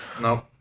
No